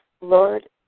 Lord